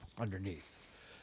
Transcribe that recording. underneath